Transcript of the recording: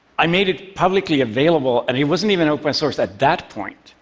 i made it publicly available, and it wasn't even open source at that point.